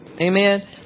amen